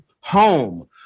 home